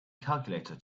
calculator